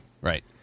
Right